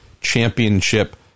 championship